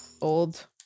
Old